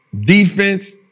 Defense